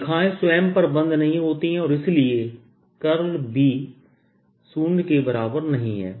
रेखाएं स्वयं पर बंद नहीं होती है और इसलिए B शून्य के बराबर नहीं है